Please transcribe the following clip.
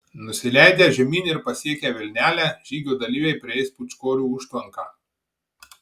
nusileidę žemyn ir pasiekę vilnelę žygio dalyviai prieis pūčkorių užtvanką